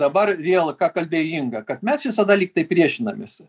dabar vėl ką kalbėjo inga kad mes visada lyg tai priešinamės